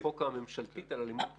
הצעת החוק הממשלתית על אלימות כלכלית.